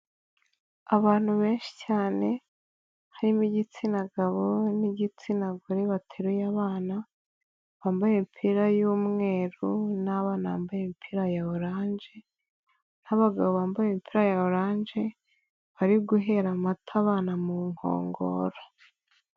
Abantu benshi cyane, harimo igitsina gabo n'igitsina gore bateruye abana, bambaye imipira y'umweru n'abana bambaye imipira ya oranje n'abagabo bambaye imipara ya oranje bari guhera amata abana mu nkongoro.